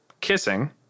kissing